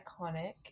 iconic